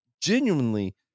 genuinely